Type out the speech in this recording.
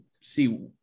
see